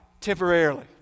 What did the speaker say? temporarily